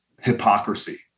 hypocrisy